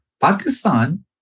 Pakistan